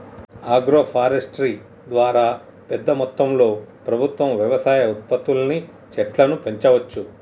agro forestry ద్వారా పెద్ద మొత్తంలో ప్రభుత్వం వ్యవసాయ ఉత్పత్తుల్ని చెట్లను పెంచవచ్చు